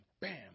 bam